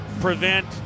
prevent